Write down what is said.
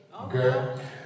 Okay